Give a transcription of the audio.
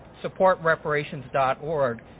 supportreparations.org